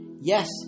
Yes